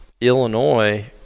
Illinois